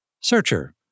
Searcher